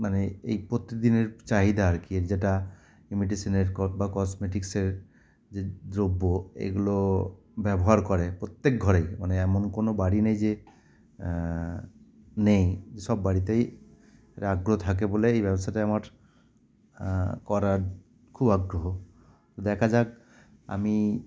মানে এই প্রতিদিনের চাহিদা আর কি এর যেটা ইমিটিসিনের বা কসমেটিক্সের যে দ্রব্য এগুলো ব্যবহার করে প্রত্যেক ঘরেই মানে এমন কোনো বাড়ি নেই যে নেই যে সব বাড়িতেই এ আগ্রহ থাকে বলে এই ব্যবসাটা আমার করার খুব আগ্রহ দেখা যাক আমি